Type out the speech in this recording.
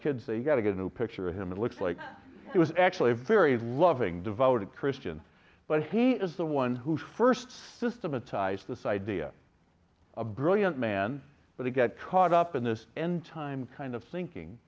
kids they got to get a new picture of him it looks like he was actually a very loving devoted christian but he is the one who first systematized this idea a brilliant man but he got caught up in this n time kind of thinking